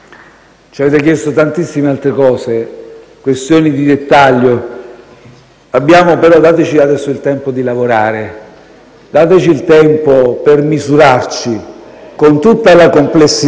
Ci avete chiesto tantissime altre cose, questioni di dettaglio. Dateci adesso il tempo di lavorare. Dateci il tempo per misurarci con tutta la complessità